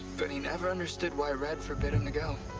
but he never understood why red forbid him to go.